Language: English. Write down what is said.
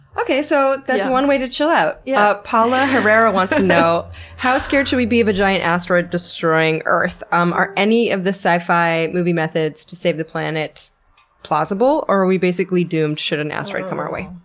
okay, so that's one way to chill out. yeah paula herrera wants to know how scared should we be of a giant asteroid destroying earth? um are any of the sci-fi movie methods to save the planet plausible or are we basically doomed should an asteroid come our way?